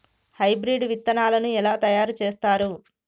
Hybrid విత్తనాలను ఎలా తయారు చేస్తారు?